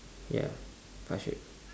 ya five shape